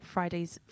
Fridays